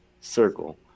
circle